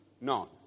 No